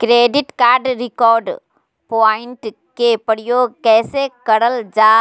credit card reward point के प्रयोग कैसे करल जा